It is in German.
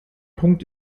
punkt